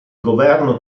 governo